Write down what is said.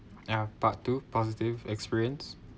ya part two positive experience